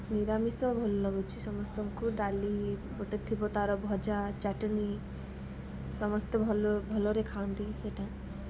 ନିରାମିଷ ଭଲ ଲାଗୁଛିି ସମସ୍ତଙ୍କୁ ଡାଲି ଗୋଟେ ଥିବ ତା'ର ଭଜା ଚଟନି ସମସ୍ତେ ଭଲ ଭଲରେ ଖାଆନ୍ତି ସେଇଟା